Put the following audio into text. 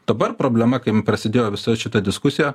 dabar problema kai prasidėjo visa šita diskusija